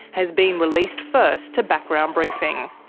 has been released first to background briefing.